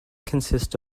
consist